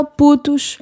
putos